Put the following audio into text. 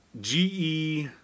GE